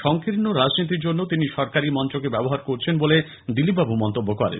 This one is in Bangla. সংকীর্ণ রাজনীতির জন্য তিনি সরকারী মঞ্চকে ব্যবহার করছেন বলে দিলীপবাবু মন্তব্য করেন